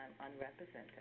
unrepresented